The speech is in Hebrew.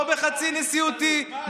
לא בחצי-נשיאותי,